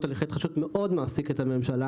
תהליכי התחדשות מעסיק מאוד את הממשלה.